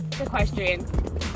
Equestrian